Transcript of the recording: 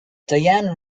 diane